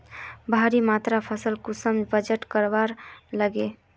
भारी मात्रा फसल कुंसम वजन करवार लगे?